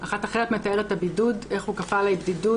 אחת אחרת מתארת את הבידוד: "איך הוא כפה עליי בדידות,